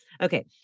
Okay